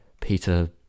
Peter